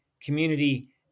community